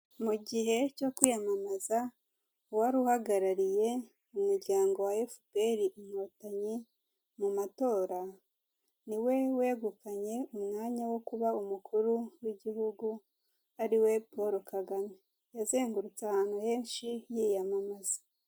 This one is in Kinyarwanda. Mu gihe cyo kwiyamamaza uwari uhagarariye umuryango wa Efuperi inkotanyi mu matora, niwe wegukanye umwanya wo kuba umukuru w'igihugu ariwe Paul Kagame, yazengurutse ahantu henshi yiyamamaza.